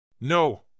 No